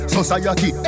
Society